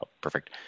perfect